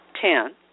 Ten